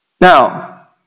Now